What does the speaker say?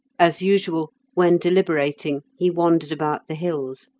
as usual, when deliberating, he wandered about the hills,